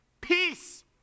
peace